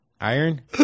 Iron